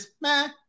man